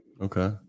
Okay